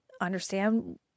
understand